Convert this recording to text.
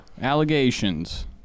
Allegations